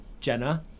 Jenna